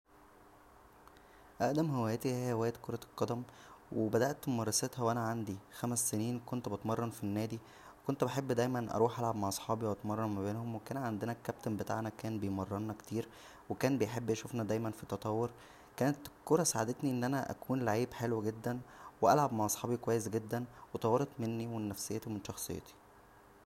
اقدم هواياتى هى هواية كرة القدم وبدات ممارستها وانا عندى خمس سنين كنت بتمرن فالناى كنت بحب دايما اروح العب مع صحابى و اتمرن مابينهم وكان عندنا الكابتن بتاعنا كان بيمرننا كتير وكان بيحب يشوفنا دايما فى تطور كانت الكوره ساعدتنى ان انا اكون لعيب حلو جدا والعب مع صحابى كويس جدا وطورت منى ومن نفسيتى وشخصيتى